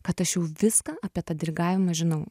kad aš jau viską apie tą dirigavimą žinau